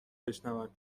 بشنوم